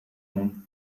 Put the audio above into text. nom